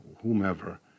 whomever